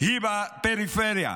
היא בפריפריה,